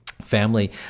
family